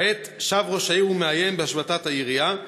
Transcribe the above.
כעת שב ראש העירייה ומאיים בהשבתת העירייה,